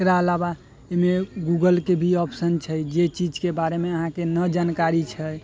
एकरा अलावा एहिमे गूगलके भी ऑप्शन छै जे चीजके बारेमे अहाँके नहि जानकारी छै